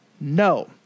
No